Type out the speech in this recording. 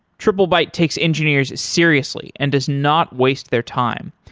triplebyte takes engineers seriously and does not waste their time.